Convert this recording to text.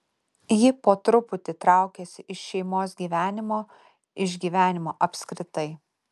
ji po truputį traukėsi iš šeimos gyvenimo iš gyvenimo apskritai